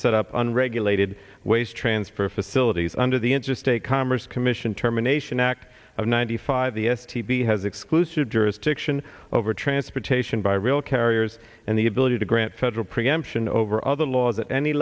set up unregulated waste transfer facilities under the interstate commerce commission terminations act of ninety five the s t b has exclusive jurisdiction over transportation by rail carriers and the ability to grant federal preemption over other law